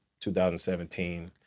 2017